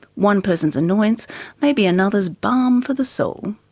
one person's annoyance may be another's balm for the soul.